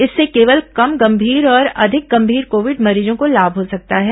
इससे केवल कम गंभीर और अधिक गंभीर कोविड मरीजों को लाभ हो सकता है